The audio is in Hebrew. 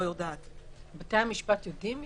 בתי המשפט יודעים?